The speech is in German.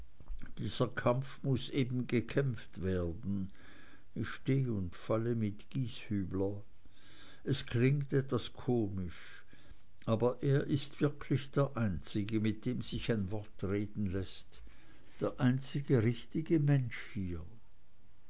dieser kampf muß eben gekämpft werden ich steh und falle mit gieshübler es klingt etwas komisch aber er ist wirklich der einzige mit dem sich ein wort reden läßt der einzige richtige mensch hier